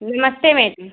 निमत्ते madam